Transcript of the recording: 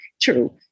True